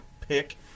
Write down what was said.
pick